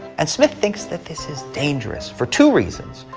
and smith thinks that this is dangerous for two reasons.